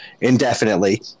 indefinitely